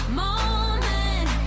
moment